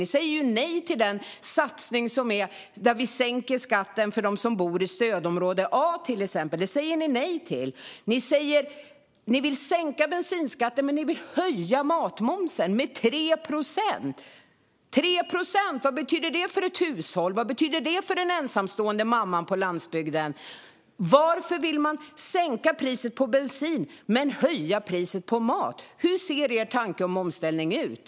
Ni säger nej till satsningen där vi sänker skatten för dem som bor i stödområde A, till exempel. Det säger ni nej till. Ni vill sänka bensinskatten, men ni vill höja matmomsen med 3 procent. Vad betyder det för ett hushåll? Vad betyder det för den ensamstående mamman på landsbygden? Varför vill ni sänka priset på bensin men höja priset på mat? Hur ser er tanke om omställning ut?